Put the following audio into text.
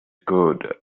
good